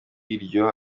iryo